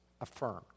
affirmed